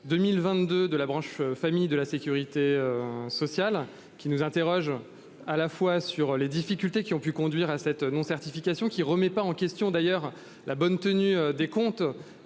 2022 de la branche famille de la Sécurité sociale qui nous interroge à la fois sur les difficultés qui ont pu conduire à cette non certification qui remet pas en question. D'ailleurs la bonne tenue des comptes